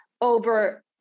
over